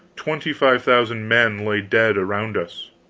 twenty-five thousand men lay dead around us.